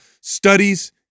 studies